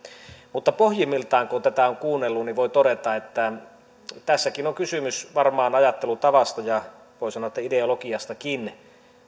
mutta pohjimmiltaan kun tätä on kuunnellut niin voi todeta että tässäkin on kysymys varmaan ajattelutavasta ja voi sanoa ideologiastakin